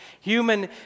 Human